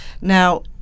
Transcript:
Now